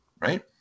right